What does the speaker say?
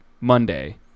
Monday